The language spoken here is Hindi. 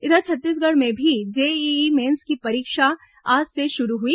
इधर छत्तीसगढ़ में भी जेईई मेन्स की परीक्षा आज से शुरू हुई